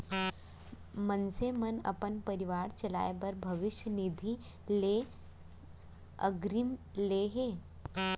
मनसे मन अपन परवार चलाए बर भविस्य निधि ले अगरिम ले हे